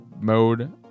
mode